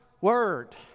Word